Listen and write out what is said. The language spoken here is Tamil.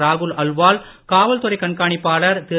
ராகுல் அல்வால் காவல்துறை கண்காணிப்பாளர் திரு